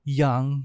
young